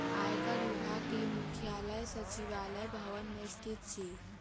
आयकर विभाग के मुख्यालय सचिवालय भवन मे स्थित अछि